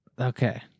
Okay